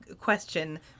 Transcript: question